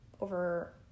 over